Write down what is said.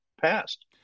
passed